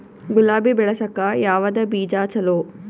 ಗುಲಾಬಿ ಬೆಳಸಕ್ಕ ಯಾವದ ಬೀಜಾ ಚಲೋ?